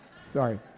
Sorry